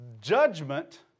Judgment